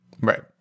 Right